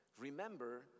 remember